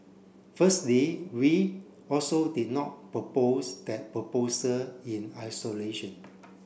firstly we also did not propose that proposal in isolation